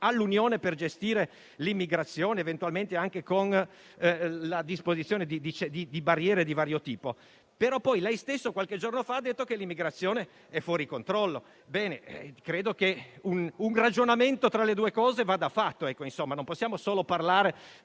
all'Unione per gestire l'immigrazione, eventualmente anche con la disposizione di barriere di vario tipo. Lei stesso però, qualche giorno fa, ha detto che l'immigrazione è fuori controllo. Credo dunque che un ragionamento tra le due considerazioni vada fatto: non possiamo solo parlare